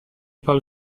parle